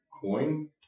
coin